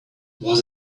was